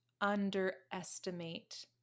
underestimate